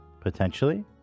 Potentially